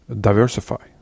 diversify